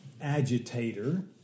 agitator